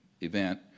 event